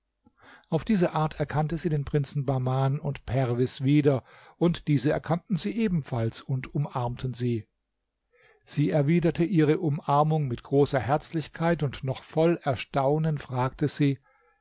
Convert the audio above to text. auf diese art erkannte sie den prinzen bahman und perwis wieder und diese erkannten sie ebenfalls und umarmten sie sie erwiderte ihre umarmung mit großer herzlichkeit und noch voll erstaunen fragte sie